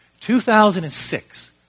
2006